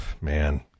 man